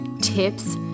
tips